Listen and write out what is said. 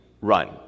Run